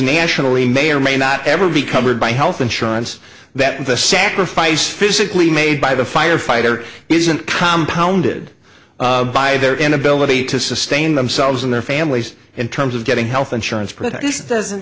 nationally may or may not ever be covered by health insurance that the sacrifice physically made by the firefighter isn't compound did by their inability to sustain themselves and their families in terms of getting health insurance prejudice doesn't